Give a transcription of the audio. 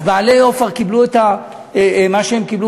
אז בעלי "אופ-אר" קיבלו את מה שהם קיבלו